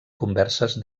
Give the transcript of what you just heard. converses